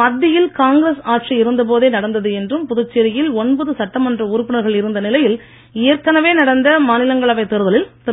மத்தியில் காங்கிரஸ் ஆட்சி இருந்தபோதே நடந்தது என்றும் புதுச்சேரியில் ஒன்பது சட்டமன்ற உறுப்பினர்கள் இருந்த நிலையில் ஏற்கெனவே நடந்த மாநிலங்களவை தேர்தலில் திரு